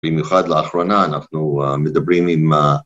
במיוחד לאחרונה אנחנו מדברים עם